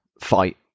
fight